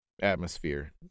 atmosphere